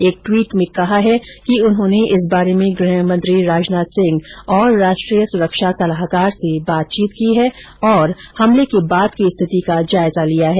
एक ट्वीट में श्री मोदी ने कहा है कि उन्होंने इस बारे में गृहमंत्री राजनाथसिंह और राष्ट्रीय सुरक्षा सलाहकार से बातचीत की है और हमले के बाद की स्थिति का जायजालिया है